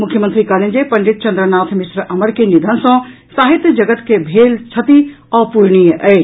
मुख्यमंत्री कहलनि जे पंडित चंद्रनाथ मिश्र अमर के निधन सँ साहित्य जगत के भेल क्षति अपूरणीय अछि